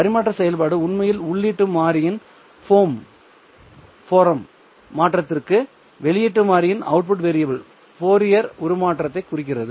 பரிமாற்ற செயல்பாடு உண்மையில் உள்ளீட்டு மாறியின் போர்ம் மாற்றத்திற்கு வெளியீட்டு மாறியின் ஃபோரியர் உருமாற்றத்தைக் குறிக்கிறது